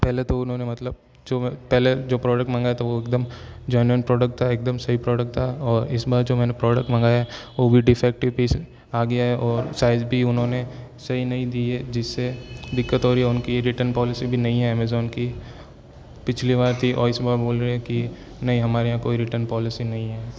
पहले तो उन्होंने मतलब जो है पहले जो प्रोडक्ट मंगाया था वो एकदम जेन्युअन प्रोडक्ट था एकदम सही प्रोडक्ट था और इस बार जो मैंने प्रोडक्ट मंगाया है वो भी डिफेक्टिव पीस आ गया है और साइज़ भी उन्होंने सही नहीं दिए जिससे दिक्कत हो रही है उनकी रिटर्न पॉलिसी भी नहीं है एमेज़ोन की पिछली बार थी और इस बार बोल रहे हैं कि नहीं हमारे यहाँ कोई रिटर्न पॉलिसी नहीं है